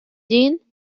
jean